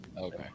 Okay